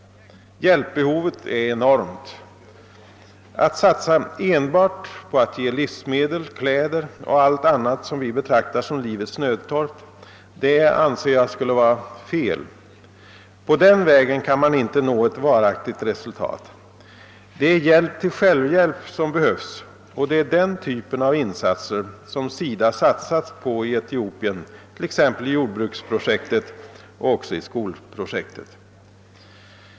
Hjälpbehovet är enormt. Att satsa enbart på att ge livsmedel, kläder och allt annat som vi betraktar som livets nödtorft anser jag skulle vara fel. På den vägen kan man inte nå ett varaktigt resultat. Det är hjälp till självhjälp som behövs och det är den typen av insatser som SIDA satsat på i Etiopien, t.ex. i jordbruksprojektet och också i skolprojektet.